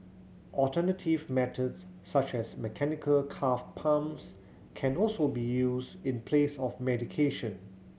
alternative methods such as mechanical calf pumps can also be used in place of medication